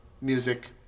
music